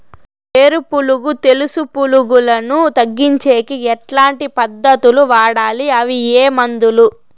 వేరు పులుగు తెలుసు పులుగులను తగ్గించేకి ఎట్లాంటి పద్ధతులు వాడాలి? అవి ఏ మందులు?